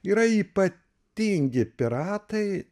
yra ypatingi piratai